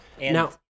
now